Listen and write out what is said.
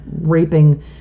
raping